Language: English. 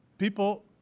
People